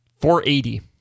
480